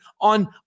on